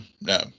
no